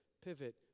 pivot